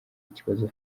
ikibazo